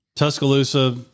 Tuscaloosa